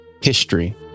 History